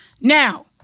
Now